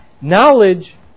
Knowledge